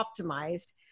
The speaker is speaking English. optimized